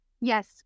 Yes